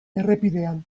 errepidean